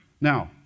Now